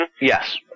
Yes